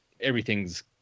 everything's